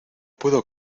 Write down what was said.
puedo